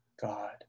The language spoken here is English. God